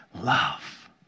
love